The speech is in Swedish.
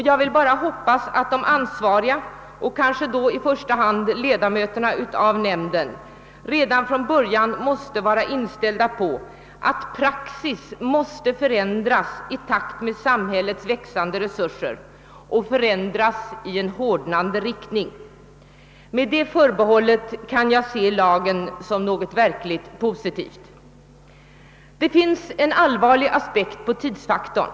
Jag vill bara hoppas att de ansvariga, och kanske då i första hand ledamöterna av nämnden, redan från början är inställda på att praxis måste förändras i takt med samhällets växande resurser, och förändras i restriktiv riktning. Med det förbehållet kan jag se lagen som någonting verkligt positivt. Det finns en allvarlig aspekt på tids faktorn.